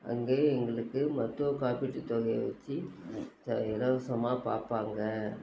அங்கேயே எங்களுக்கு மருத்துவ காப்பீட்டு தொகையை வச்சு இது இலவசமாக பார்ப்பாங்க